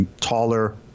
taller